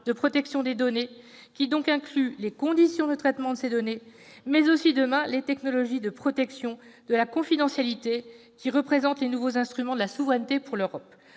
de protection des données, incluant les conditions de traitement de ces données, mais aussi, demain, les technologies de protection de la confidentialité, qui représentent les nouveaux instruments de la souveraineté pour l'Europe.